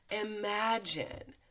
imagine